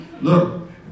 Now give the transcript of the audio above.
look